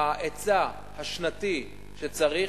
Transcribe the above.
ההיצע השנתי שצריך,